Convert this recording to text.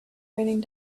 raining